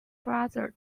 brother